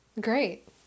Great